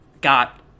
got